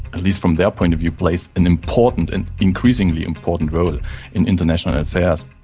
at least from their point of view, plays an important and increasingly important role in international affairs.